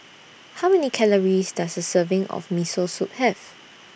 How Many Calories Does A Serving of Miso Soup Have